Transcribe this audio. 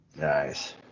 Nice